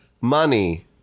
money